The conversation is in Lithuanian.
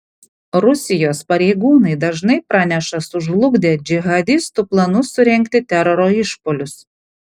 rusijos pareigūnai dažnai praneša sužlugdę džihadistų planus surengti teroro išpuolius